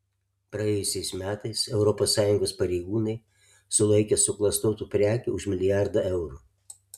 praėjusiais metais europos sąjungos pareigūnai sulaikė suklastotų prekių už milijardą eurų